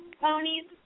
ponies